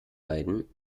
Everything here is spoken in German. beiden